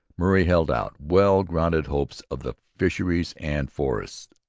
murray held out well-grounded hopes of the fisheries and forests.